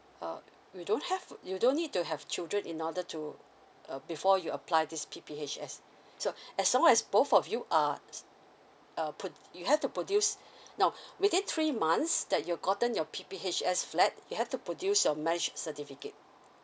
uh you don't have you don't need to have children in order to uh before you apply this P_P_H_S so as long as both of you are uh pro~ you have to produce now within three months that you've gotten your P_P_H_S flat you have to produce your marriage certificate